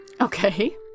Okay